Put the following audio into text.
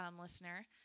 listener